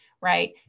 Right